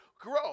grow